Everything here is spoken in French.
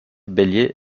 bellier